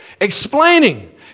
Explaining